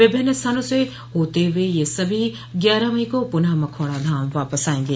विभिन्न स्थानों से होते हुए यह सभी ग्यारह मई को पुनः मखौड़ा धाम वापस आयेंगे